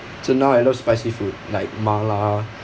so now I love spicy food like ma la